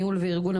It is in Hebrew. ניהול וארגון,